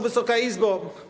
Wysoka Izbo!